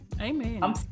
Amen